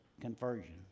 conversion